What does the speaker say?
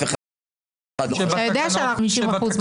אתה יודע שאנחנו 50% מהאוכלוסייה?